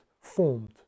formed